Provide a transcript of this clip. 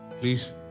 please